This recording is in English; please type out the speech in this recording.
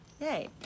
yay